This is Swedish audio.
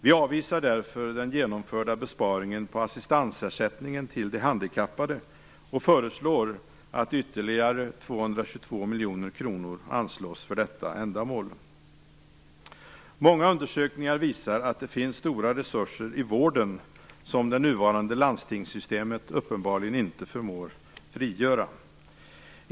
Vi avvisar därför den genomförda besparingen på assistansersättningen till de handikappade och föreslår att ytterligare 222 miljoner kronor anslås för detta ändamål. Många undersökningar visar att det finns stora resurser i vården som det nuvarande landstingssystemet uppenbarligen inte förmår frigöra.